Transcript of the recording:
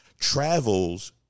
travels